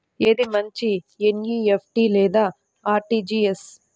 ఏది మంచి ఎన్.ఈ.ఎఫ్.టీ లేదా అర్.టీ.జీ.ఎస్?